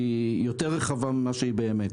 כי היא יותר רחבה ממה שהיא נראית.